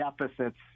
deficits